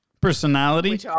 personality